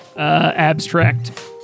Abstract